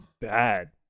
bad